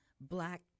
black